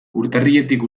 urtarriletik